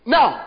Now